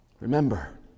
Remember